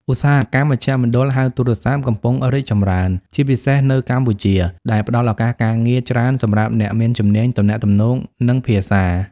ឧស្សាហកម្មមជ្ឈមណ្ឌលហៅទូរស័ព្ទកំពុងរីកចម្រើន ជាពិសេសនៅកម្ពុជា ដែលផ្ដល់ឱកាសការងារច្រើនសម្រាប់អ្នកមានជំនាញទំនាក់ទំនង និងភាសា។